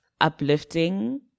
uplifting